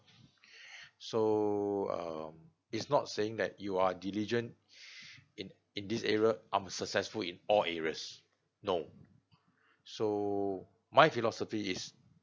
so um it's not saying that you are diligent in in this area I'm a successful in all areas no so my philosophy is